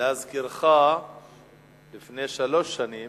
להזכירך, לפני שלוש שנים